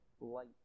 light